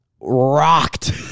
rocked